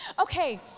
Okay